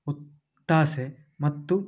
ಒತ್ತಾಸೆ ಮತ್ತು